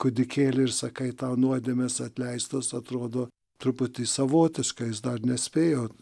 kūdikėlį ir sakai tau nuodėmės atleistos atrodo truputį savotiškai jis dar nespėjo